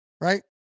Right